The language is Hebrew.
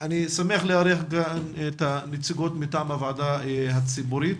אני שמח לארח כאן את הנציגות מטעם הוועדה הציבורית,